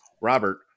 Robert